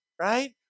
Right